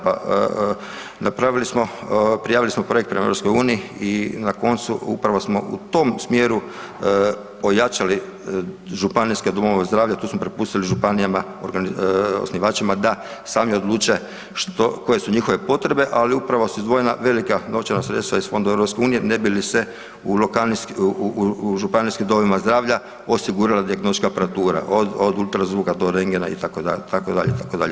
Pa napravili smo, prijavili smo projekt prema EU i na koncu, upravo smo u tom smjeru ojačali županijske domove zdravlja, to smo prepustili županijama, osnivačima da sami odluče koje su njihove potrebe, ali upravo su izdvojena velika novčana sredstva iz fondova EU ne bi li se u županijskim domovima zdravlja osigurala dijagnostička aparatura, od UZV-a do rendgena, itd., itd.